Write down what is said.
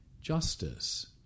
justice